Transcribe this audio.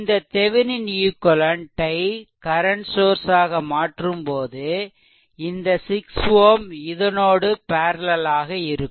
இந்த Thevenin equivalent ஐ current source ஆக மாற்றும்போது இந்த 6 Ω இதனோடு பேர்லெல் ஆக இருக்கும்